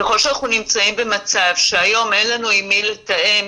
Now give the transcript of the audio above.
ככל שאנחנו נמצאים במצב שהיום אין לנו עם מי לתאם